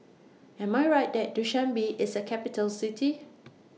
Am I Right that Dushanbe IS A Capital City